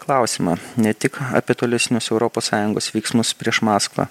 klausimą ne tik apie tolesnius europos sąjungos veiksmus prieš maskvą